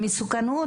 מסוכנות?